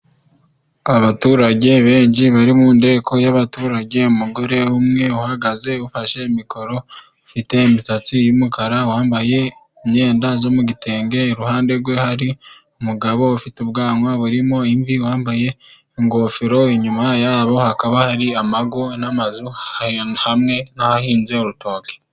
Abaturage benshi bari mu nteko y'abaturage, umugore umwe uhagaze ufashe mikoro, ufite imisatsi y'umukara wambaye imyenda yo mu gitenge, iruhande rwe hari umugabo ufite ubwanwa burimo imvi, wambaye ingofero inyuma yabo hakaba hari amago n'amazu hamwe n'ahahinze urutoki.